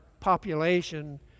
population